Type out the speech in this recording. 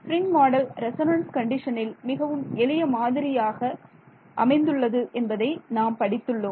spring model resonance கண்டிஷனில் மிகவும் எளிய மாதிரியாக அமைந்துள்ளது என்பதை நாம் படித்துள்ளோம்